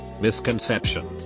Misconception